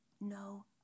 No